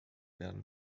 werden